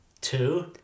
two